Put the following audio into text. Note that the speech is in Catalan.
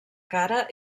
cara